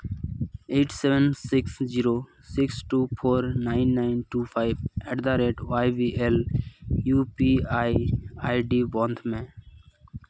eight seven six zero six two four nine nine two five at the rate Y B L U P I ID ᱵᱚᱱᱫᱷ ᱢᱮ